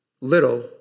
little